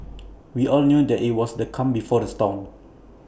we all knew that IT was the calm before the storm